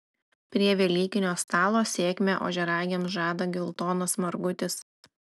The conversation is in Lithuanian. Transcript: prie velykinio stalo sėkmę ožiaragiams žada geltonas margutis